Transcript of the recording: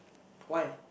why